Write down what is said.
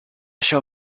shall